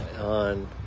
on